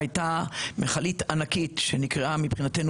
הייתה מכלית ענקית שנקראה מבחינתנו